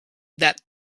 that